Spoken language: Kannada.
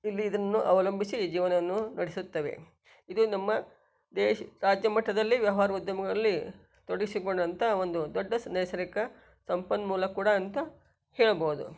ಇಲ್ಲಿ ಇದನ್ನು ಅವಲಂಬಿಸಿ ಜೀವನವನ್ನು ನಡೆಸುತ್ತವೆ ಇದು ನಮ್ಮ ದೇಶ ರಾಜ್ಯ ಮಟ್ಟದಲ್ಲಿ ವ್ಯವ್ಹಾರ ಉದ್ಯಮಗಳಲ್ಲಿ ತೊಡಗಿಸಿಕೊಂಡಂಥ ಒಂದು ದೊಡ್ಡ ಸ್ ನೈಸರ್ಗಿಕ ಸಂಪನ್ಮೂಲ ಕೂಡ ಅಂತ ಹೇಳ್ಬೋದು